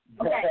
okay